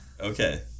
Okay